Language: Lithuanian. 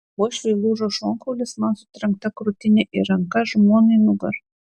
uošviui lūžo šonkaulis man sutrenkta krūtinė ir ranka žmonai nugara